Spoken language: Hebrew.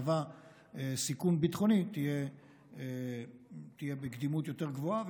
סיכון ביטחוני תהיה בקדימות גבוהה יותר,